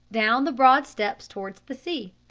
down the broad steps towards the sea.